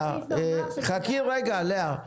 --- חכי רגע, לאה.